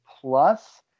plus